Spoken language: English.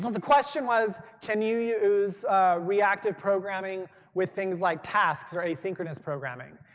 the question was, can you use reactive programming with things like tasks or asynchronous programming?